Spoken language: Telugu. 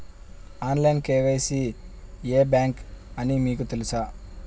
ఆన్లైన్ కే.వై.సి కి ఏ బ్యాంక్ అని మీకు తెలుసా?